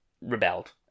rebelled